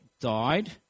died